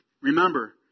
Remember